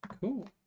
Cool